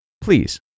Please